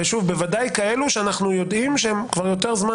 ובוודאי כאלו שאנחנו יודעים שהם כבר יותר זמן